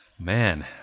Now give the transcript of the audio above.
Man